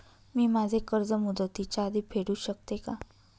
मी माझे कर्ज मुदतीच्या आधी फेडू शकते का?